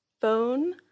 phone